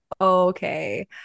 okay